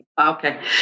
Okay